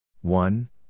one